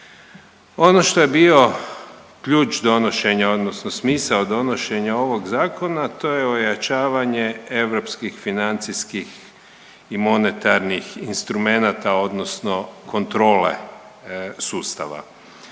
Ono što je bio ključ donošenja, odnosno smisao donošenja ovog zakona, a to je ojačavanje europskih financijskih i monetarnih instrumenata, odnosno kontrole sustava.